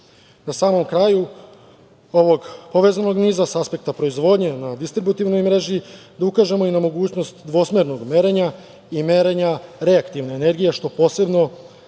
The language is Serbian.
samom kraju ovog povezanog niza sa aspekta proizvodnje na distributivnoj mreži da ukažemo i na mogućnost dvosmernog merenja i merenja reaktivne energije što posebno